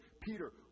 Peter